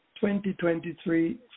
2023